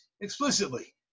explicitly